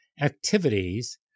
activities